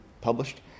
published